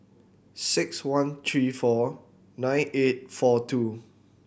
six one three four nine eight four two